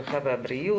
הרווחה והבריאות.